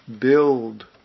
build